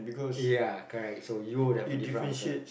ya correct so you would have a different answer